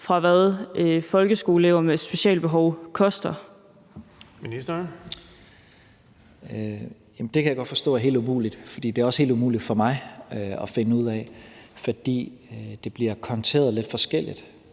undervisningsministeren (Mattias Tesfaye): Det kan jeg godt forstå er helt umuligt, for det er også helt umuligt for mig at finde ud af, for det bliver konteret lidt forskelligt.